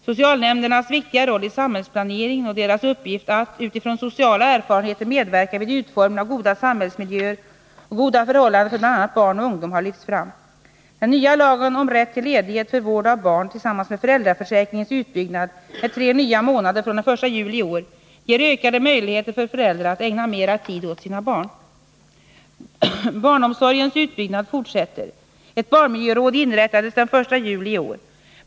Socialnämndernas viktiga roll i samhällsplaneringen och deras uppgift att, utifrån sociala erfarenheter, medverka vid utformningen av goda samhällsmiljöer och goda förhållanden för bl.a. barn och ungdom har lyfts fram. Den nya lagen om rätt till ledighet för vård av barn tillsammans med föräldraförsäkringens utbyggnad med 3 nya månader från den 1 juli i år ger ökade möjligheter för föräldrar att ägna mer tid åt sina barn. Barnomsorgens utbyggnad fortsätter. Ett barnmiljöråd inrättades den 1 juli i år.